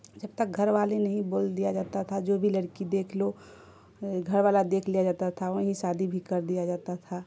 جب تک گھر والے نہیں بول دیا جاتا تھا جو بھی لڑکی دیکھ لو گھر والا دیکھ لیا جاتا تھا وہیں شادی بھی کر دیا جاتا تھا